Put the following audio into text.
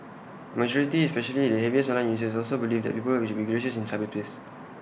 A majority especially the heaviest online users also believed that people should be gracious in cyberspace